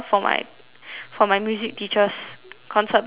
for my music teacher's concert band